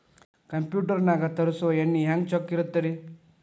Computer ನಾಗ ತರುಸುವ ಎಣ್ಣಿ ಹೆಂಗ್ ಚೊಕ್ಕ ಇರತ್ತ ರಿ?